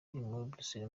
brussels